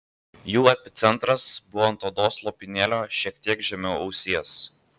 jų epicentras buvo ant odos lopinėlio šiek tiek žemiau ausies